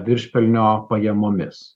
viršpelnio pajamomis